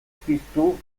piztu